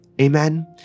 Amen